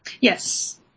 Yes